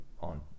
on